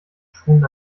schuhen